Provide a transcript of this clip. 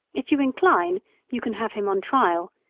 if you incline you can have him on trial,